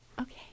Okay